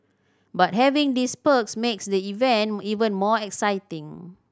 but having these perks makes the event even more exciting